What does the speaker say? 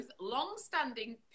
long-standing